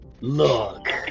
look